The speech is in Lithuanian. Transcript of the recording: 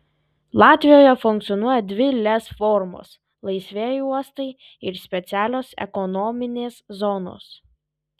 latvijoje funkcionuoja dvi lez formos laisvieji uostai ir specialios ekonominės zonos